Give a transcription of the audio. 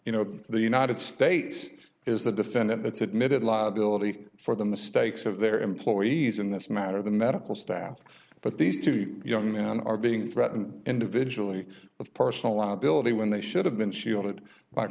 you know the united states is the defendant that's admitted liability for the mistakes of their employees in this matter the medical staff but these two young men are being threatened individually with personal liability when they should have been shielded by